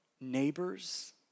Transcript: neighbors